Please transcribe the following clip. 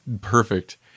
perfect